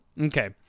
Okay